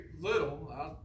little